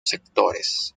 sectores